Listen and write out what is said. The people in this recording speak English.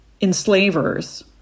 enslavers